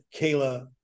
Kayla